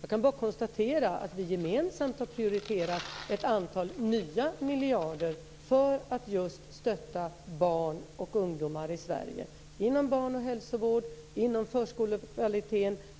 Jag kan bara konstatera att vi gemensamt har prioriterat ett antal nya miljarder för att just stötta barn och ungdomar i Sverige inom barnoch hälsovård, inom förskolan